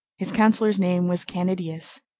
his counselor's name was canidius.